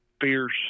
fierce